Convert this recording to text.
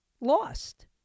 lost